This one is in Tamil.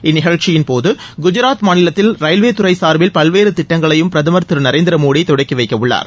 இந்நிகழ்ச்சியின் போது குஜராத் மாநிலத்தில் ரயில்வே துறை சார்பில் பல்வேறு திட்டங்களையும் பிரதமர் திரு நரேந்திர மோடி தொடங்கிவைக்கவுள்ளார்